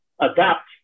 adapt